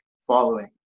following